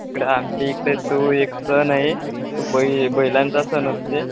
इकडं आमच्या इकडे तो एक सण आहे तो बै बैलांचा सण असते